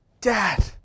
Dad